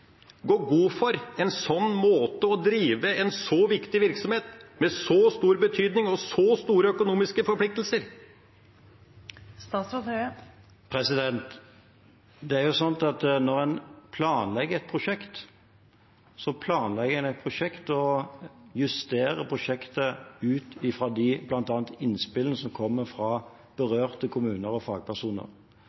god for en slik måte å drive en så viktig virksomhet på, som har så stor betydning og så store økonomiske forpliktelser? Det er slik at når en planlegger et prosjekt, justerer en prosjektet ut fra bl.a. innspillene som kommer fra berørte kommuner og fagpersoner.